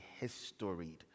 historied